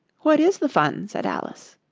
what is the fun said alice.